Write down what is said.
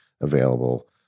available